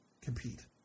compete